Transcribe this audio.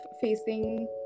facing